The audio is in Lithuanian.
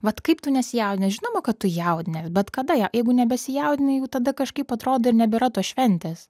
vat kaip tu nesijaudini žinoma kad tu jaudinies bet kada jeigu nebesijaudini jau tada kažkaip atrodo ir nebėra tos šventės